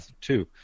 two